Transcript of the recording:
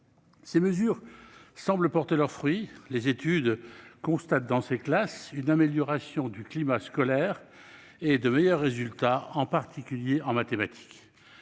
Ces mesures semblent porter leurs fruits : les études constatent dans ces classes une amélioration du climat scolaire et de meilleurs résultats, en particulier en mathématiques.